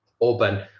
open